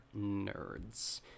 nerds